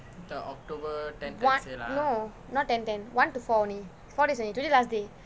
one no not ten ten one to four only four days only today last day